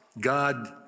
God